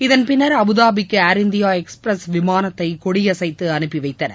இதன் பின்னர் அபுதாபிக்கு ஏர்இந்தியா எக்ஸ்பிரஸ் விமானத்தை கொடியசைத்து அனுப்பி வைத்தனர்